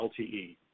LTE